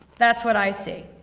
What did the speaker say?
that's what i see.